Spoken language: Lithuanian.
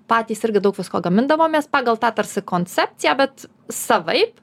patys irgi daug visko gamindavomės pagal tą tarsi koncepciją bet savaip